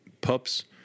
pups